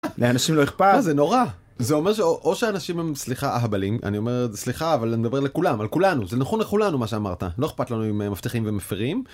אנשים לא אכפת זה נורא זה אומר שהוא או שאנשים עם סליחה אהבלים אני אומר סליחה אבל אני מדבר לכולם על כולנו זה נכון לכולנו מה שאמרת לא אכפת לנו עם מפתחים ומפרים.